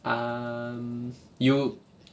um you